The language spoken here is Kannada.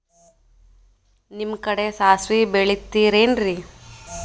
ನಿಮ್ಮ ಕಡೆ ಸಾಸ್ವಿ ಬೆಳಿತಿರೆನ್ರಿ?